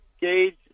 gauge